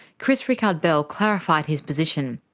chris rikard-bell clarified his position.